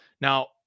Now